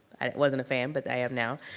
i wasn't a fan but i am now.